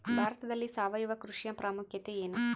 ಭಾರತದಲ್ಲಿ ಸಾವಯವ ಕೃಷಿಯ ಪ್ರಾಮುಖ್ಯತೆ ಎನು?